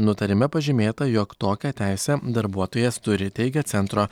nutarime pažymėta jog tokią teisę darbuotojas turi teigia centro